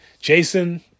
Jason